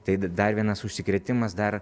tai dar vienas užsikrėtimas dar